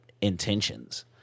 intentions